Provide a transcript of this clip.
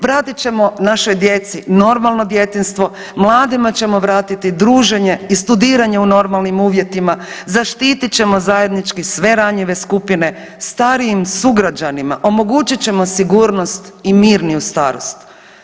Vratit ćemo našoj djeci normalno djetinjstvo, mladima ćemo vratiti druženje i studirane u normalnim uvjetima, zaštitit ćemo zajednički sve ranjive skupine, starijim sugrađanima omogućit ćemo sigurnost i mirniju starost.